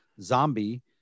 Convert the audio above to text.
zombie